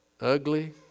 Ugly